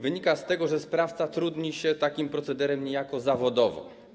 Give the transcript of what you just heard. Wynika z tego, że sprawca trudni się takim procederem niejako zawodowo.